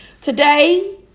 Today